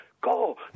go